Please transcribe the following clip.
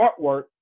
artwork